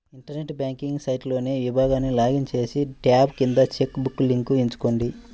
internet banking సైట్లోని విభాగానికి login చేసి, ట్యాబ్ కింద చెక్ బుక్ లింక్ ఎంచుకోండి